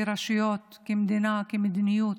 כרשויות, כמדינה, כמדיניות,